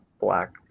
black